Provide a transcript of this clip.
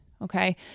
Okay